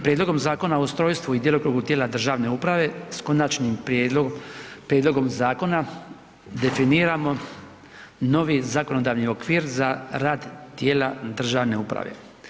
Prijedlogom zakona o ustrojstvu i djelokrugu tijela državne uprave s konačnim prijedlogom zakona definiramo novi zakonodavni okvir za rad tijela državne uprave.